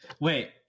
Wait